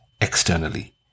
externally